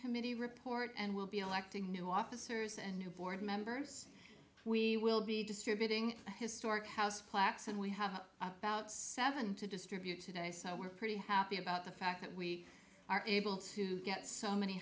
committee report and we'll be electing new officers and new board members we will be distributing the historic house plants and we have about seven to distribute today so we're pretty happy about the fact that we are able to get so many